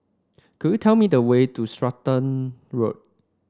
could you tell me the way to Stratton Road